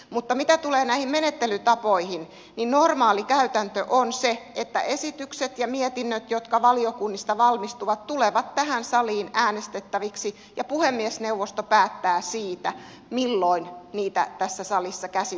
mutta mitä tulee näihin menettelytapoihin niin normaali käytäntö on se että esitykset ja mietinnöt jotka valiokunnista valmistuvat tulevat tähän saliin äänestettäviksi ja puhemiesneuvosto päättää siitä milloin niitä tässä salissa käsitellään